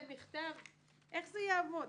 איך זה יעבוד?